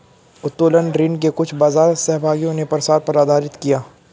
उत्तोलन ऋण को कुछ बाजार सहभागियों ने प्रसार पर आधारित किया